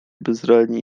bezradnie